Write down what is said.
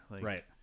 Right